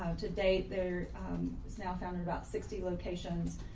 um today there is now found in about sixty locations.